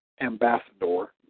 ambassador